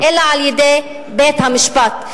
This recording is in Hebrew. אלא על-ידי בית-המשפט,